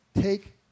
take